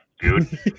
dude